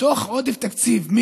בתוך עודף תקציב,